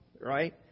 right